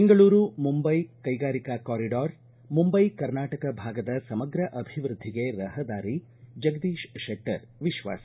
ಬೆಂಗಳೂರು ಮುಂಬೈ ಕೈಗಾರಿಕಾ ಕಾರಿಡಾರ್ ಮುಂಬೈ ಕರ್ನಾಟಕ ಭಾಗದ ಸಮಗ್ರ ಅಭಿವ್ಯದ್ಲಿಗೆ ರಹದಾರಿ ಜಗದೀಶ್ ಶೆಟ್ಟರ್ ವಿಶ್ವಾಸ